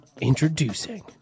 introducing